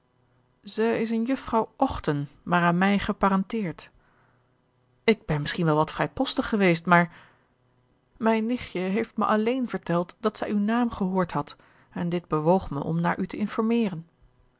zij is een jufvrouw ochten maar aan mij geparenteerd ik ben misschien wel wat vrijpostig geweest maar mijn nichtje heeft me alleen verteld dat zij uw naam gehoord had en dit bewoog me om naar u te informeeren